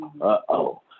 Uh-oh